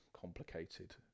complicated